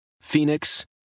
Phoenix